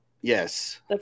Yes